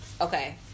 okay